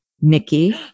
Nikki